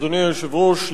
אדוני היושב-ראש,